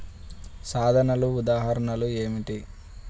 సాధనాల ఉదాహరణలు ఏమిటీ?